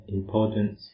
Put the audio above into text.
important